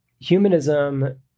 humanism